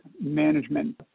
management